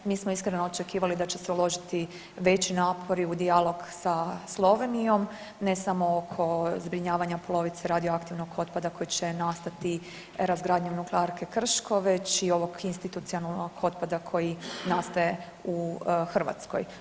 Mi smo iskreno očekivali da će se uložiti veći napori u dijalog sa Slovenijom, ne samo oko zbrinjavanja polovice radioaktivnog otpada koji će nastati razgradnjom nuklearke Krško već i ovog institucionalnog otpada koji nastaje u Hrvatskoj.